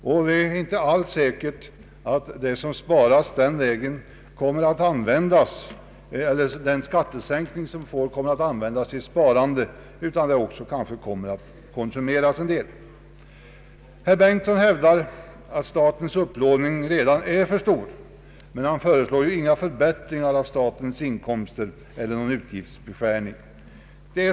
Det är inte alls säkert att det som den enskilde medborgaren skulle spara genom en skattelättnad skulle resultera i ett verkligt sparande — det kan ju också gå åt till ökad konsumtion. Herr Bengtson hävdar att statens upplåning redan är för stor, men han föreslår inga förbättringar av statens inkomster eller någon utgiftsbeskärning.